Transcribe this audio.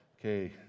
Okay